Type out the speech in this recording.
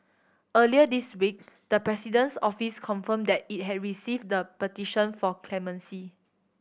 earlier this week the President's Office confirmed that it had received the petition for clemency